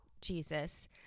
Jesus